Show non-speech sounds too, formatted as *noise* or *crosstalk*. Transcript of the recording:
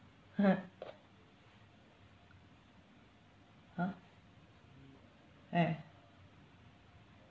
*laughs* !huh! eh